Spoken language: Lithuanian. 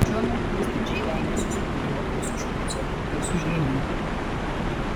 šiuo metu jis didžiai vengė susidūrimo ir su špicu ir su žeimiu